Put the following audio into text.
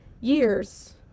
years